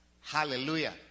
Hallelujah